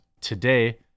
today